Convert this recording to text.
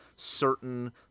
Certain